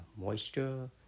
moisture